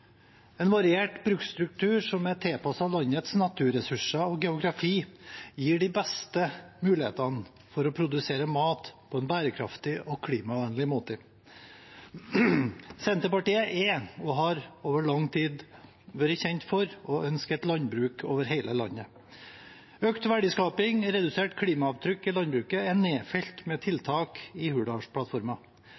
En variert bruksstruktur som er tilpasset landets naturressurser og geografi, gir de beste mulighetene for å produsere mat på en bærekraftig og klimavennlig måte. Senterpartiet er, og har over lang tid vært, kjent for å ønske et landbruk over hele landet. Økt verdiskaping og redusert klimaavtrykk i landbruket er nedfelt med